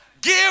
Give